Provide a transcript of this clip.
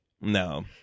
No